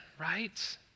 right